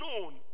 known